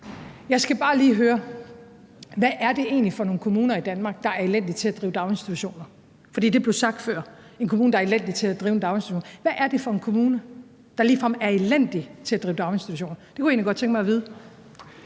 Jeg skal bare lige høre: Hvad er det egentlig for nogle kommuner i Danmark, der er elendige til at drive daginstitutioner? For det blev sagt før: en kommune, der er elendig til at drive en daginstitution. Hvad er det for en kommune, der ligefrem er elendig til at drive daginstitutioner? Det kunne jeg egentlig godt tænke mig at vide.